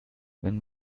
wenn